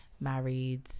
married